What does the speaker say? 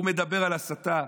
הוא מדבר על הסתה?